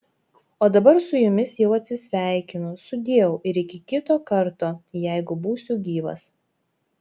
o dabar su jumis jau atsisveikinu sudieu ir iki kito karto jeigu būsiu gyvas